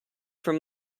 from